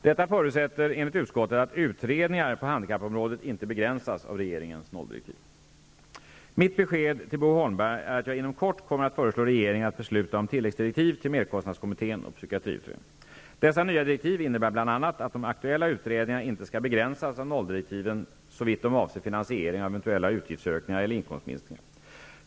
Detta förutsätter enligt utskottet att utredningar på handikappområdet inte begränsas av regeringens nolldirektiv. Mitt besked till Bo Holmberg är att jag inom kort kommer att föreslå regeringen att besluta om tilläggsdirektiv till merkostnadskommittén och psykiatriutredningen. Dessa nya direktiv innebär bl.a. att de aktuella utredningarna inte skall begränsas av nolldirektiven, såvitt de avser finansiering av eventuella utgiftsökningar eller inkomstminskningar.